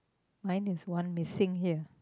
mine is one missing here